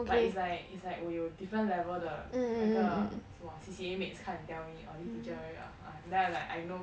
but it's like it's like 我有 different level 的那个什么 C_C_A mates come and tell me orh this teacher very uh then I'm like I know